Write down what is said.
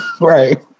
right